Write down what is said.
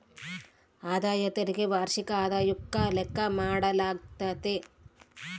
ಆದಾಯ ತೆರಿಗೆ ವಾರ್ಷಿಕ ಆದಾಯುಕ್ಕ ಲೆಕ್ಕ ಮಾಡಾಲಾಗ್ತತೆ